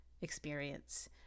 experience